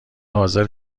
حاضر